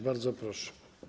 Bardzo proszę.